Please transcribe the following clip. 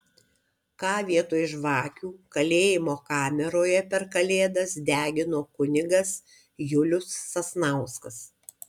ką vietoj žvakių kalėjimo kameroje per kalėdas degino kunigas julius sasnauskas